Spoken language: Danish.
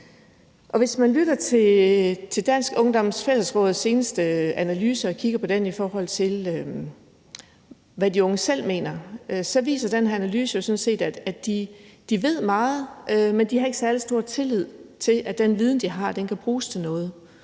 Hvis man lytter til Dansk Ungdoms Fællesråds seneste analyse og kigger på den, i forhold til hvad de unge selv mener, så viser den analyse jo sådan set, at de ved meget, men ikke har særlig stor tillid til, at den viden, de har, kan bruges til noget.